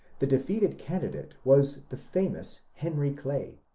the defeated candidate was the famous henry clay.